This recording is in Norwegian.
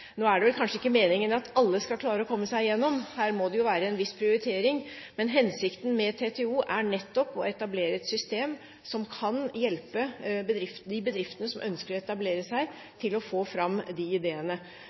Nå er det vel kanskje ikke meningen at alle skal klare å komme seg igjennom. Her må det jo være en viss prioritering. Hensikten med TTO er nettopp å etablere et system som kan hjelpe de bedriftene som ønsker å etablere seg, til å få fram de ideene.